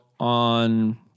on